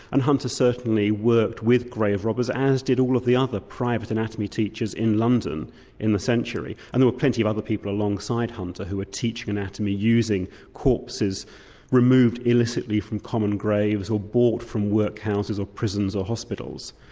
and hunter certainly worked with grave robbers, as did all of the other private anatomy teachers in london in the century, and there were plenty of other people alongside hunter who were teaching anatomy, using corpses removed illicitly from common graves, or bought from workhouses or prisons or hospitals.